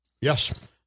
Yes